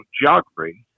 geography